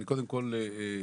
קודם כל גילוי,